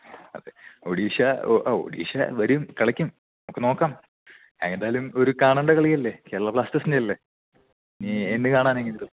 അതെ ഒഡിഷാ ഓ അ ഒഡിഷ വരും കളിക്കും നമുക്ക് നോക്കാം ഏതായാലും ഒരു കാണേണ്ട കളിയല്ലേ കേരളാ ബ്ലാസ്റ്റേഴ്സിൻ്റെ അല്ലേ ഇനി എന്ന് കാണാനാ ഇങ്ങനെത്തെ